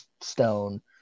stone